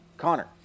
Connor